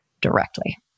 directly